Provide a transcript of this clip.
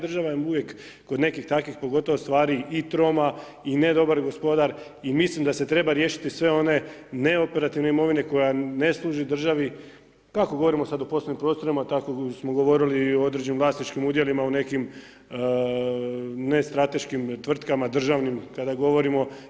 Država je uvijek kod nekvih takvih pogotovo stvari i troma i ne dobar gospodar i mislim da se treba riješiti sve one neoperativne imovine koja ne služi državi, kako govorimo sad o poslovnim prostorima tako smo govorili i o određenim vlasničkim udjelima u nekim nestrateškim tvrtkama, državnim kada govorimo.